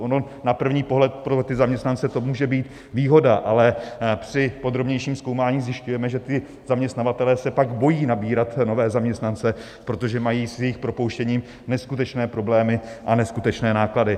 Ono na první pohled pro ty zaměstnance to může být výhoda, ale při podrobnějším zkoumání zjišťujeme, že ti zaměstnavatelé se pak bojí nabírat nové zaměstnance, protože mají s jejich propouštěním neskutečné problémy a neskutečné náklady.